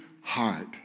heart